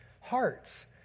hearts